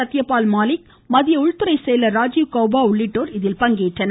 சத்யபால் மாலிக் மத்திய உள்துறை செயலர் ராஜிவ் கௌபா உள்ளிட்டோர் இதில் பங்கேற்றனர்